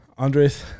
Andres